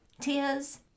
Tears